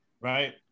right